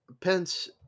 Pence